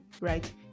right